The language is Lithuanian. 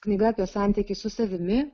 knyga apie santykį su savimi